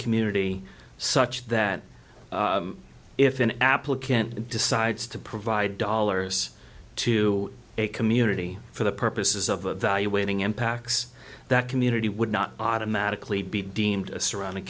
community such that if an applicant decides to provide dollars to a community for the purposes of a valuating impacts that community would not automatically be deemed a surround